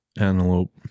Antelope